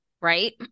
right